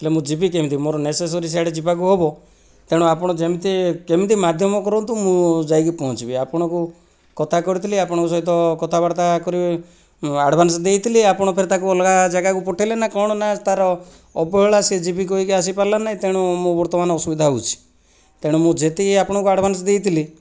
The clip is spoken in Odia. ହେଲେ ମୁଁ ଯିବି କେମିତି ମୋର ନେସେସେରି ସିଆଡ଼େ ଯିବାକୁ ହେବ ତେଣୁ ଆପଣ ଯେମିତି କେମିତି ମାଧ୍ୟମ କରନ୍ତୁ ମୁଁ ଯାଇକି ପହଞ୍ଚିବି ଆପଣଙ୍କୁ କଥା କରିଥିଲି ଆପଣଙ୍କ ସହିତ କଥାବାର୍ତ୍ତା କରି ଆଡ଼ଭାନ୍ସ ଦେଇଥିଲି ଆପଣ ଫେରେ ତାକୁ ଅଲଗା ଜାଗାକୁ ପଠେଇଲେ ନା କ'ଣ ନା ତା'ର ଅବହେଳା ସେ ଯିବି କହିକି ଆସିପାରିଲାନାହିଁ ତେଣୁ ମୁଁ ବର୍ତ୍ତମାନ ଅସୁବିଧା ହେଉଛି ତେଣୁ ମୁଁ ଯେତିକି ଆପଣଙ୍କୁ ଆଡ଼ଭାନ୍ସ ଦେଇଥିଲି